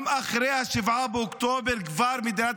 זה שבישראל ידברו על ניצחון גם אחרי 7 באוקטובר --- חברת